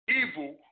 evil